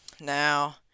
Now